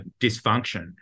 dysfunction